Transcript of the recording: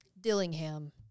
Dillingham